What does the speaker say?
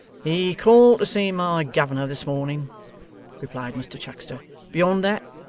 he called to see my governor this morning replied mr chuckster beyond that,